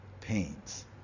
pains